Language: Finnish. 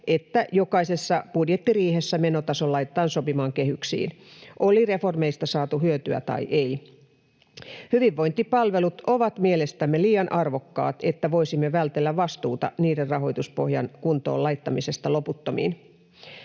että jokaisessa budjettiriihessä menotaso laitetaan sopimaan kehyksiin, oli reformeista saatu hyötyä tai ei. Hyvinvointipalvelut ovat mielestämme liian arvokkaat, että voisimme vältellä vastuuta niiden rahoituspohjan kuntoon laittamisesta loputtomiin.